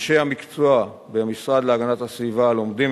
אנשי המקצוע במשרד להגנת הסביבה לומדים